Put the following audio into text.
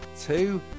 two